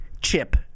chip